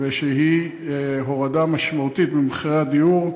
ושהיא הורדה משמעותית במחירי הדיור,